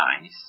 nice